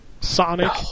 Sonic